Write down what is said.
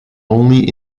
only